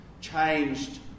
changed